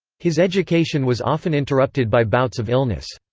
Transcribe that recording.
his education was often interrupted by bouts of illness.